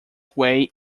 way